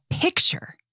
picture